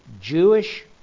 Jewish